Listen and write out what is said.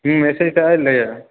तीन हेतै तहन ने